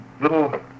Little